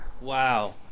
Wow